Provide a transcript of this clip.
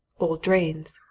old drains.